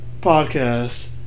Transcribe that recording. podcast